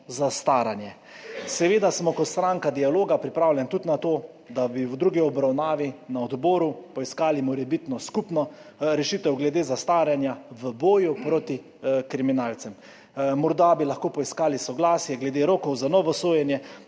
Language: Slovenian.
zastaranje. Seveda smo kot stranka dialoga pripravljeni tudi na to, da bi v drugi obravnavi na odboru poiskali morebitno skupno rešitev glede zastaranja, v boju proti kriminalcem. Morda bi lahko poiskali soglasje glede rokov za novo sojenje,